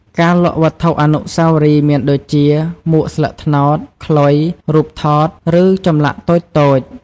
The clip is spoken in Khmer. ការលក់វត្ថុអនុស្សាវរីយ៍មានដូចជា មួកស្លឹកត្នោត ខ្លុយ រូបថត ឬចម្លាក់តូចៗ។